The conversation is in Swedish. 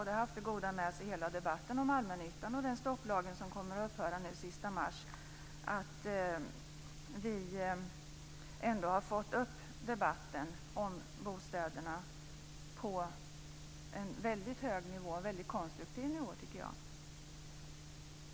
Det har haft det goda med sig att hela debatten om allmännyttan och bostäderna, och den stopplag som kommer att upphöra den sista mars, kommit upp på en hög och konstruktiv nivå.